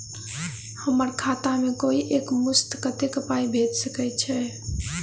हम्मर खाता मे कोइ एक मुस्त कत्तेक पाई भेजि सकय छई?